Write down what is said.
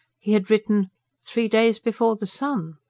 he had written three days before the sun!